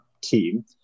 team